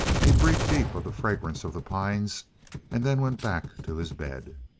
he breathed deep of the fragrance of the pines and then went back to his bed.